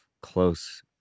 close